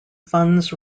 funds